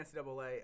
NCAA